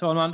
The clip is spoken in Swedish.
Herr talman!